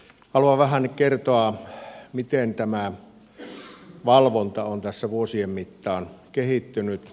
haluan vähän kertoa miten tämä valvonta on tässä vuosien mittaan kehittynyt